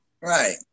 Right